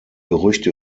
gerüchte